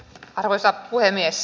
arvoisa puhemies